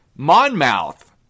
Monmouth